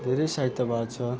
धेरै सहायता भएको छ